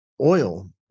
oil